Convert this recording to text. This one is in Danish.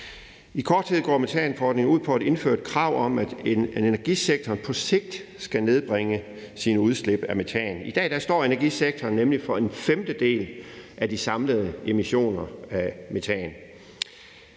I korte træk går metanforordningen ud på at indføre et krav om, at energisektoren på sigt skal nedbringe sit udslip af metan. I dag står energisektoren nemlig for en femtedel af de samlede emissioner af metan.